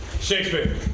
Shakespeare